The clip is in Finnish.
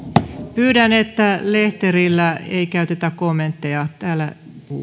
pyydän että lehterillä ei käytetä kommentteja täällä